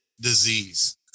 disease